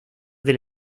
del